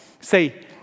say